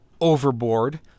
overboard